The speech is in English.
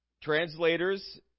translators